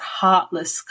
heartless